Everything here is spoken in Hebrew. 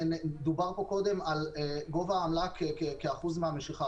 דובר פה קודם על גובה העמלה כאחוז מהמשיכה.